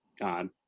God